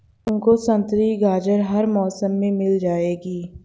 तुमको संतरी गाजर हर मौसम में मिल जाएगी